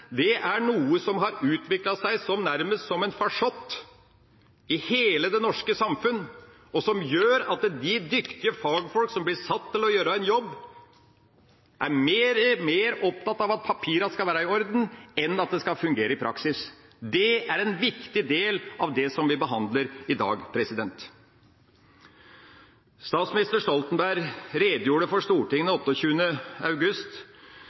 Dette er noe som har utviklet seg nærmest som en farsott i hele det norske samfunn, og som gjør at de dyktige fagfolk som blir satt til å gjøre en jobb, er mer opptatt av at papirene skal være i orden enn av at det skal fungere i praksis. Det er en viktig del av det som vi behandler i dag. Statsminister Stoltenberg redegjorde for Stortinget 28. august